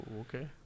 okay